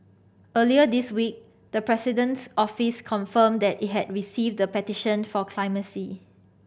earlier this week the President's Office confirmed that it had received the petition for clemency